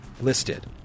listed